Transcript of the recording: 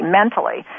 mentally